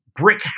brick